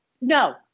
no